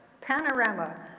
panorama